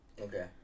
Okay